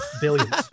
billions